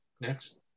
Next